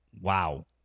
Wow